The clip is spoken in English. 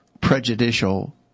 prejudicial